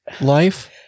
life